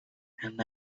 and